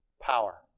power